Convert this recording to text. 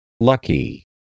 Lucky